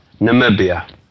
Namibia